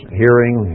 hearing